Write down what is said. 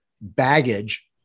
baggage